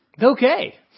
Okay